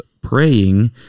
praying